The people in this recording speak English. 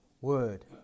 word